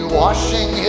washing